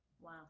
Wow